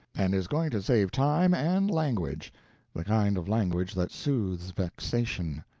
and is going to save time and language the kind of language that soothes vexation.